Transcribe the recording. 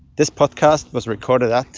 this podcast was recorded at.